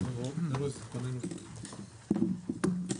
הישיבה נעולה.